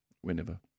whenever